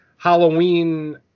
Halloween